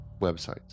websites